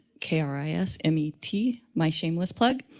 k r i s m e t, my shameless plug.